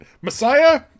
Messiah